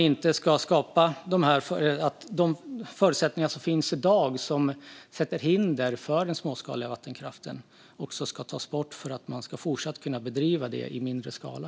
De hinder som i dag finns för den småskaliga vattenkraften ska tas bort för att den ska kunna fortsätta att bedrivas i mindre skala.